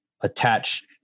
attach